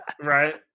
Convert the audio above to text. Right